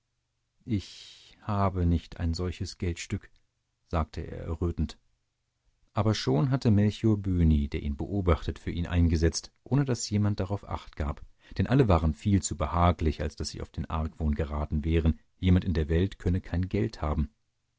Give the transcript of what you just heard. ich habe nicht ein solches geldstück sagte er errötend aber schon hatte melcher böhni der ihn beobachtet für ihn eingesetzt ohne daß jemand darauf achtgab denn alle waren viel zu behaglich als daß sie auf den argwohn geraten wären jemand in der welt könne kein geld haben